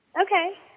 Okay